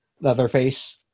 Leatherface